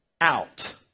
out